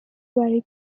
برای